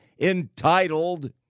entitled